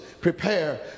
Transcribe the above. prepare